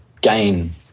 gain